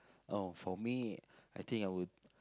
oh for me I think I would